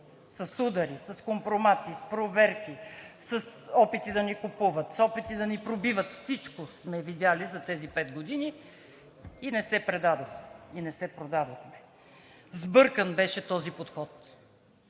с удари, с компромати, с проверки, с опити да ни купуват, с опити да ни пробиват, всичко сме видели за тези пет години и не се предадохме, и не се продадохме.